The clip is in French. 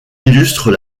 illustrent